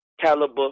caliber